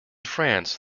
france